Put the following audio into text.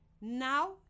Now